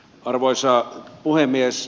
arvoisa puhemies